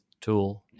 tool